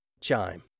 Chime